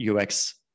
ux